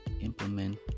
implement